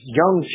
young